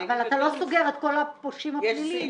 אתה לא סוגר את כל הפושעים הפליליים.